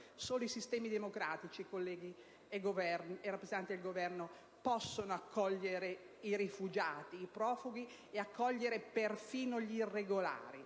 Solo i sistemi democratici, colleghi e rappresentante del Governo, possono accogliere i rifugiati, i profughi e, perfino, gli irregolari,